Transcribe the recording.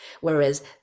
Whereas